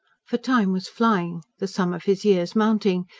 for time was flying, the sum of his years mounting,